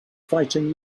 fighting